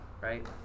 Right